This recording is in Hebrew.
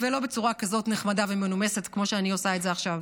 ולא בצורה כזאת נחמדה ומנומסת כמו שאני עושה את זה עכשיו.